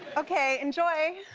okay. enjoy!